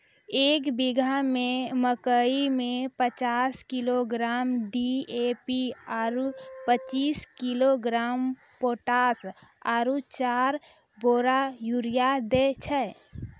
एक बीघा मे मकई मे पचास किलोग्राम डी.ए.पी आरु पचीस किलोग्राम पोटास आरु चार बोरा यूरिया दैय छैय?